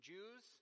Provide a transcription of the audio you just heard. Jews